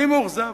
אני מאוכזב,